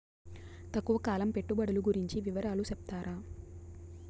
తక్కువ కాలం పెట్టుబడులు గురించి వివరాలు సెప్తారా?